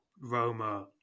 Roma